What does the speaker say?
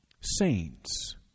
saints